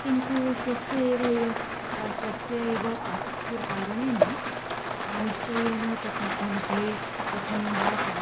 किन्तु स्वस्य एव स्वस्य एव आसक्तेः कारणेन निश्चयेन तत् मध्ये मध्ये पठनं वा सा